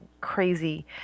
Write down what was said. crazy